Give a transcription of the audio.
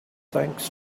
thanks